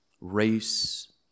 race